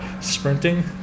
sprinting